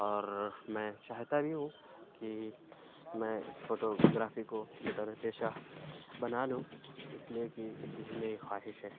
اور میں چاہتا بھی ہوں کہ میں اِس فوٹو گرافی کو بطورِ پیشہ بنا لوں اِس لیے کہ یہی میری خواہش ہے